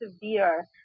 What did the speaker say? severe